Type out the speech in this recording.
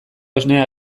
esnea